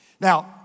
Now